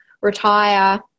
retire